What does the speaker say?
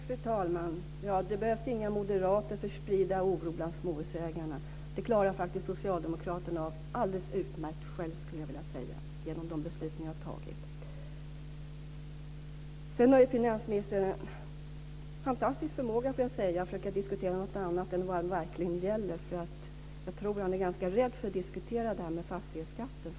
Fru talman! Det behövs inga moderater för att sprida oro bland småhusägarna. Det klarar ni socialdemokrater själva av alldeles utmärkt genom de beslut ni har fattat. Finansministern har en fantastisk förmåga att försöka diskutera någonting annat än vad det verkligen gäller. Jag tror att han är ganska rädd för att diskutera fastighetsskatten.